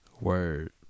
Word